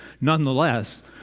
nonetheless